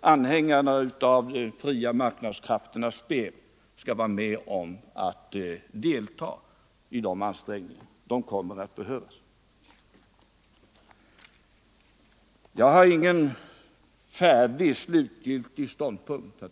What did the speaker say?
anhängarna av de fria marknadskrafternas spel skall vilja delta i de ansträngningarna, för de kommer att behövas. Herr talman! Jag har ingen färdig, slutgiltig ståndpunkt.